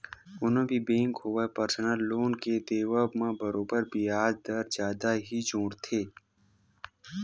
कोनो भी बेंक होवय परसनल लोन के देवब म बरोबर बियाज दर जादा ही जोड़थे